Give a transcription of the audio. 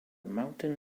mountain